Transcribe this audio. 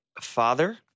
father